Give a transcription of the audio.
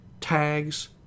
tags